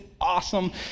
awesome